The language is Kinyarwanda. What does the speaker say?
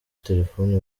telefoni